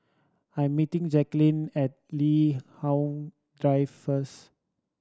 I'm meeting Jaqueline at Li Hong Drive first